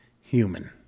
human